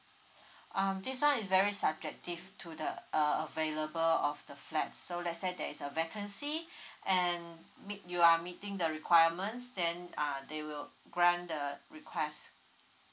um this one is very subjective to the uh available of the flat so let's say there is a vacancy and meet you are meeting the requirements then uh they will grant the request